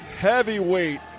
Heavyweight